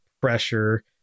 pressure